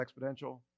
exponential